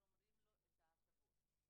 שומרים לו את ההטבות,